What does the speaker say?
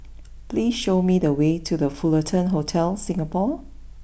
please show me the way to the Fullerton Hotel Singapore